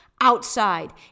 outside